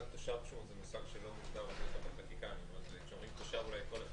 כל אחד